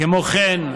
כמו כן,